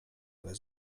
ale